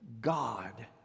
God